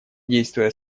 действуя